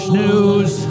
news